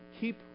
keep